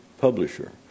publisher